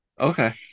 Okay